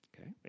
Okay